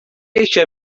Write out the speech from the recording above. eisiau